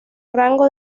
rango